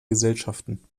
gesellschaften